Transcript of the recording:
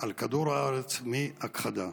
על כדור הארץ מהכחדה.